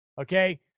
okay